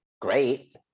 great